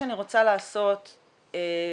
המרשם האופיאטיות.